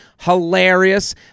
hilarious